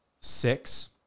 six